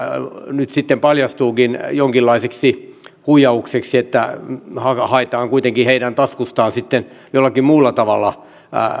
nyt sitten paljastuukin jonkinlaiseksi huijaukseksi että haetaan kuitenkin heidän taskustaan sitten jollakin muulla tavalla